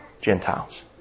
Gentiles